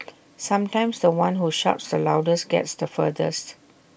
sometimes The One who shouts the loudest gets the furthest